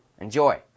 enjoy